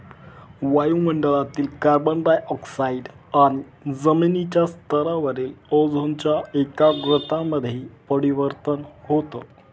वायु मंडळातील carbon dioxide आणि जमिनीच्या स्तरावरील ओझोनच्या एकाग्रता मध्ये परिवर्तन होतं